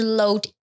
load